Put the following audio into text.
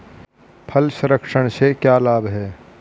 फल संरक्षण से क्या लाभ है?